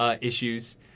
issues